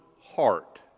heart